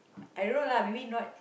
I don't know lah maybe not